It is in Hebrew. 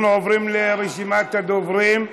אנחנו עוברים לרשימת הדוברים: